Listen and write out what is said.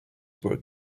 were